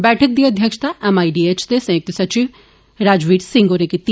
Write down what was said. बैठक दी अध्यक्षता एम आई डी एच दे संयुक्त सचिव राजवीर सिंह होरें कीती